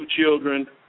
children